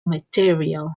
material